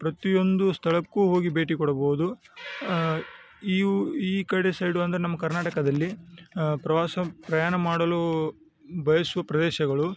ಪ್ರತಿಯೊಂದು ಸ್ಥಳಕ್ಕೂ ಹೋಗಿ ಭೇಟಿ ಕೊಡಬಹುದು ಇವು ಈ ಕಡೆ ಸೈಡು ಅಂದರೆ ನಮ್ಮ ಕರ್ನಾಟಕದಲ್ಲಿ ಪ್ರವಾಸ ಪ್ರಯಾಣ ಮಾಡಲು ಬಯಸುವ ಪ್ರದೇಶಗಳು